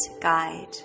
guide